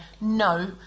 no